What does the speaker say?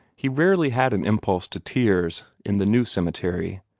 he rarely had an impulse to tears in the new cemetery,